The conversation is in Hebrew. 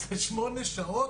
זה שמונה שעות,